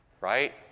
right